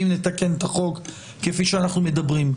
אם נתקן את החוק כפי שאנחנו מדברים.